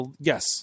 yes